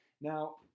Now